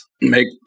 Make